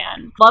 Love